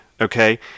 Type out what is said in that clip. Okay